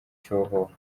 cyohoha